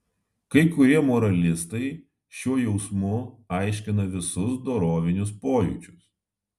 kai kurie moralistai šiuo jausmu aiškina visus dorovinius pojūčius